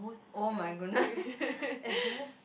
embarrassing